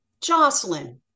Jocelyn